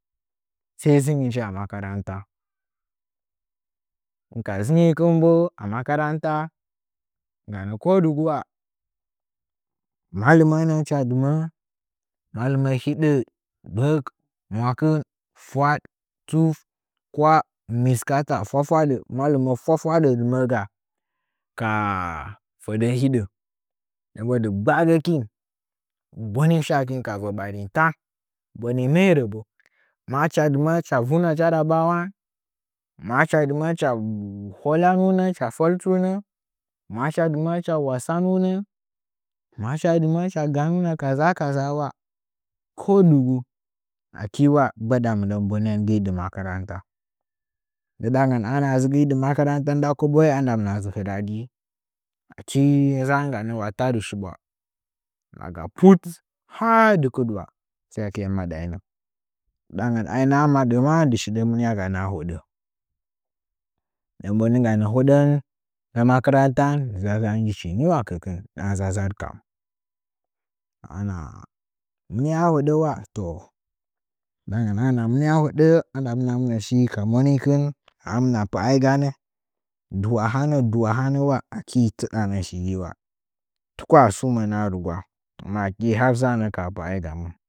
Sai dzingichi amakaranta hɨn ka dzɨngikɨn bo amakaranta nggam ko dugu mallɨmə nə’ə hɨchi dɨmə’ə mallɨmə hiɗə gbək mwakin fwaɗ tut, kwah miskaata fwafwaɗa malmə fwa fwadə dɨmə’əga a fədə hidə nden bo afɨgbaagəkin boneshakin ka va ɓarintan bone me rə bo ma hɨcha dɨməꞌə hɨcha vunə jarabawa maa hɨcja dɨmə’ə hɨcha həlanunə maa hɨcha dɨmə’ə hɨcha wasanunə maa hɨch dɨmə’ə hɨcha ganunə kaza kaza ko dugu aki ula gbaɗa mɨndən bone gəi dɨ makaranta ndɨdangən ana adzɨ gəi di makaranta nda koboi a ndamna dzɨ hɨrapai akii manganzuda tadi shiɓwa daga put har kɨdiwa sayekoya madainə ndɨdangən aina madə maa dɨ shidə mɨnis ganə ahoɗə nden bo nɨngganə hoɗən nda makaranta dza- dzaɗ kan ahɨn mɨ mɨnia a hodə wa ndɨdangən ahɨn mɨ mɨnia a həɗə andamna mɨnə shi kamonikɨn amɨna pa’a ganə du a hanə du a hanə ula aki tɨdanə shigi ula tuku a sumənə a rugula simma aki haa dzaanə kaha pa ‘ai gamɨn.